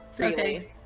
Okay